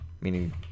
meaning